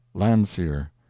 landseer.